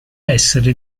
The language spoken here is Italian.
essere